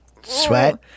Sweat